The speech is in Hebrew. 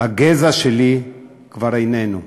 הגזע שלי כבר איננו.